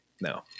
No